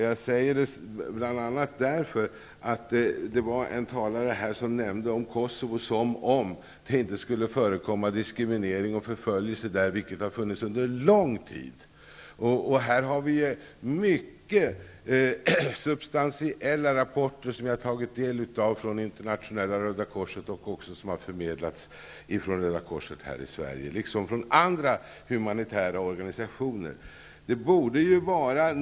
Jag nämner det bl.a. därför att en talare här tog upp Kosovo på ett sådant sätt att man kunde tro att det inte skulle förekomma diskriminering och förföljelse där, som dock har förekommit där under en lång tid. Jag har i det sammanhanget tagit del av mycket substantiella rapporter från det internationella Röda korset och av rapporter som har förmedlats från Röda korset här i Sverige. Men det gäller också rapporter från andra humanitära organisationer.